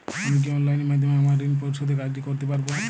আমি কি অনলাইন মাধ্যমে আমার ঋণ পরিশোধের কাজটি করতে পারব?